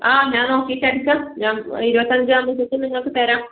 ആ ഞാൻ നോക്കിയിട്ട് അടുത്ത ഞാൻ ഇരുപത്തിയഞ്ചാം തീയതിക്ക് നിങ്ങൾക്ക് തരാം